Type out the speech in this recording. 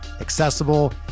accessible